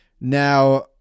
now